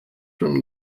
from